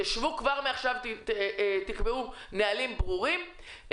שבו כבר עכשיו ותקבעו נהלים ברורים.